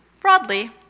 broadly